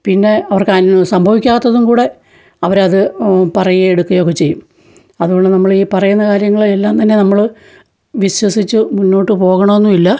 പിന്നെ അവർക്കാണ് സംഭവിക്കാത്തതുങ്കൂടെ അവരത് പറയുകയും എടുക്കേയുമൊക്കെ ചെയ്യും അതുകൊണ്ട് നമ്മളീ പറയുന്ന കാര്യങ്ങളെയെല്ലാം തന്നെ നമ്മള് വിശ്വസിച്ചു മുന്നോട്ട് പോകണോന്നുമില്ല